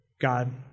God